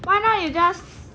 why not you just